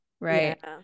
right